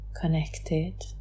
connected